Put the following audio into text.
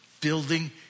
building